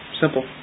Simple